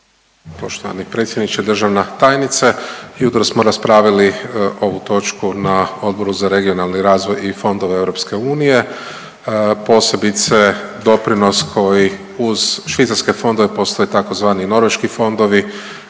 Poštovani predsjedniče, državna tajnice. Jutros smo raspravili ovu točku na Odboru za regionalni razvoj i fondove EU, posebice doprinos koji uz švicarske fondove postoje tzv. norveški fondovi